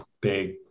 big